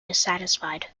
dissatisfied